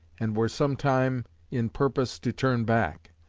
and were sometime in purpose to turn back.